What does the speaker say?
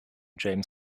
james